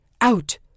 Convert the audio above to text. Out